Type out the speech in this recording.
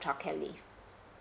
childcare leave